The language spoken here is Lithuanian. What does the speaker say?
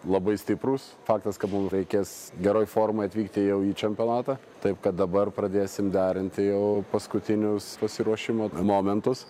labai stiprūs faktas kad mum reikės geroj formoj atvykti jau į čempionatą taip kad dabar pradėsim derinti jau paskutinius pasiruošimo momentus